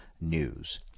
news